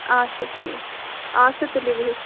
آچھا ٹھیٖک آدٕ سا تُلِو بِہِو